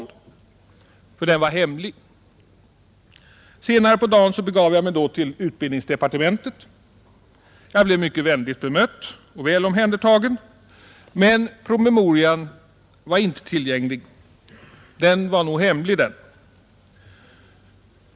Den var alltså hemlig. Senare på dagen begav jag mig till utbildningsdepartementet. Jag blev mycket vänligt bemött och väl omhändertagen, men promemorian var inte tillgänglig. Den var nog hemlig, den.